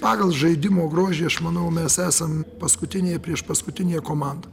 pagal žaidimo grožį aš manau mes esam paskutinė priešpaskutinė komanda